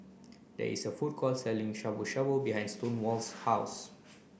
there is a food court selling Shabu Shabu behind Stonewall's house